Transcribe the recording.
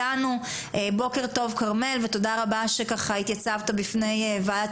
בוקר טוב כרמל ותודה רבה שככה התייצבת בפני וועדת